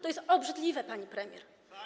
To jest obrzydliwe, pani premier.